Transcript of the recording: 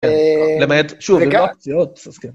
למעט שוב, יאללה.